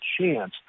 chance